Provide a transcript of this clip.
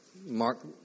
Mark